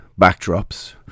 backdrops